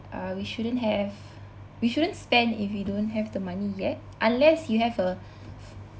uh we shouldn't have we shouldn't spend if we don't have the money yet unless you have a